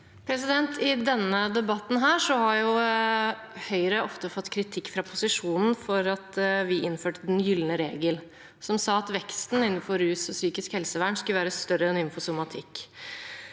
I denne debatten har Høyre ofte fått kritikk fra posisjonen for at vi innførte den gylne regel, som sa at veksten innenfor rus og psykisk helsevern skulle være større enn innenfor somatikk.